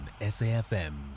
SAFM